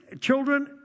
children